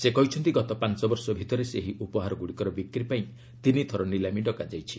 ସେ କହିଛନ୍ତି ଗତ ପାଞ୍ଚବର୍ଷ ଭିତରେ ସେହି ଉପହାରଗୁଡ଼ିକର ବିକ୍ରି ପାଇଁ ତିନି ଥର ନିଲାମି ଡକାଯାଇଛି